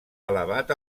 elevat